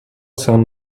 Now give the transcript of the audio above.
son